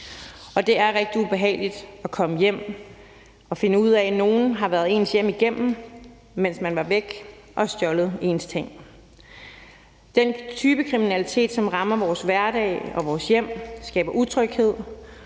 Og det er rigtig ubehageligt at komme hjem og finde ud af, at nogle har været ens hjem igennem, mens man var væk, og har stjålet ens ting. Den type kriminalitet, som rammer vores hverdag og vores hjem og skaber utryghed,